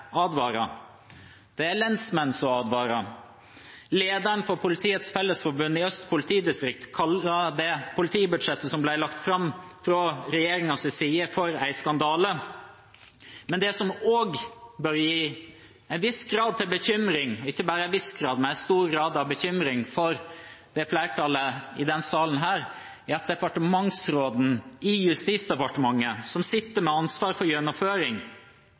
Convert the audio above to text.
advarer. Det er lensmenn som advarer. Lederen for Politiets Fellesforbund i Øst politidistrikt kalte det politibudsjettet som ble lagt fram fra regjeringens side, for en skandale. Men det som også bør føre til en viss grad av bekymring, ikke bare en viss grad, men en stor grad av bekymring for det flertallet i denne salen, er at departementsråden i Justisdepartementet, som sitter med ansvar for gjennomføring,